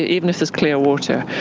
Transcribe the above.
even if there's clear water,